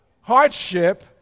hardship